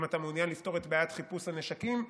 אם אתה מעוניין לפתור את בעיית חיפוש הנשקים,